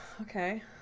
okay